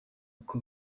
uko